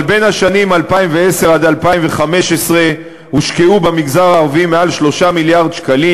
אבל בשנים 2010 2015 הושקעו במגזר הערבי יותר מ-3 מיליארד שקלים.